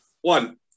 One